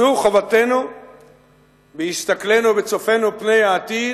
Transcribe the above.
זו חובתנו בהסתכלנו ובצפותנו פני העתיד,